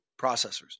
processors